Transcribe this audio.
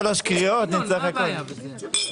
מה הבעיה בזה?